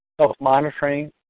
Self-monitoring